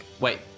Wait